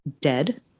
dead